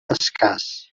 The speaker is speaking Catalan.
escàs